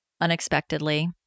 unexpectedly